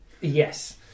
yes